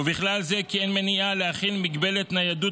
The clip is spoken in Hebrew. ובכלל זה כי אין מניעה להחיל הגבלת ניידות